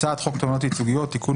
" הצעת חוק תובענות ייצוגיות (תיקון,